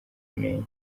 menyo